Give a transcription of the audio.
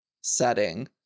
setting